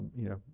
you know,